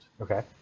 okay